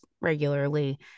regularly